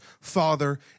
Father